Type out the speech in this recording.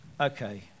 Okay